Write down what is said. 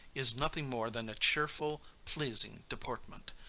is nothing more than a cheerful, pleasing deportment,